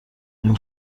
این